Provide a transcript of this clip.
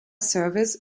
service